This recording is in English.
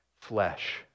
flesh